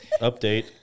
Update